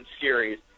series